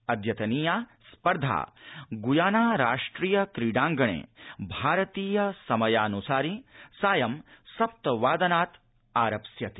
अद्यतनीया स्पर्धा ग्याना राष्ट्रिय क्रीडाङ्गणे भारतीय समयान्सारि सायं सप्त वादनात् आरप्स्यते